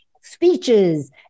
speeches